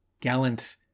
Gallant